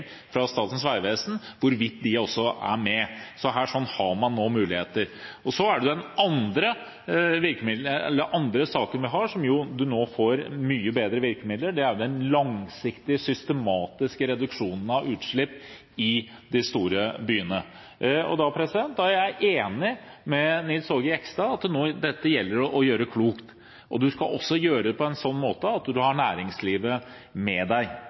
fra Statens vegvesen hvorvidt de også er med. Her har man nå muligheter. Den andre saken vi har, der man nå får mye bedre virkemidler, gjelder den langsiktige, systematiske reduksjonen av utslipp i de store byene. Jeg er enig med Nils Aage Jegstad i at dette gjelder det å gjøre klokt. Man skal også gjøre det på en slik måte at man har næringslivet med